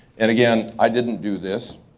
and again i didn't do this.